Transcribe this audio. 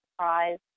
surprise